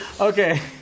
okay